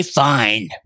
fine